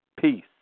peace